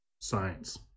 science